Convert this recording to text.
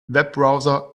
webbrowser